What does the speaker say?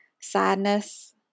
sadness